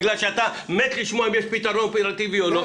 בגלל שאתה מת לשמוע אם יש פתרון אופרטיבי או לא.